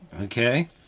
Okay